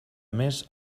més